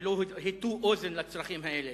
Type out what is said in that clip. לא הטו אוזן לצרכים האלה,